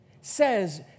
says